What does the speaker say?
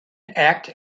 act